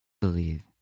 believe